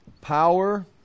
power